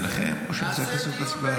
אתם צריכים להחליט ביניכם או שצריך לעשות הצבעה?